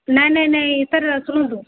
ନାଇଁ ନାଇଁ ନାଇଁ ସାର୍ ଶୁଣନ୍ତୁ